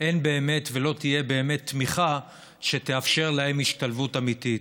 אין באמת ולא תהיה באמת תמיכה שתאפשר להם השתלבות אמיתית.